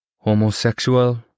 Homosexual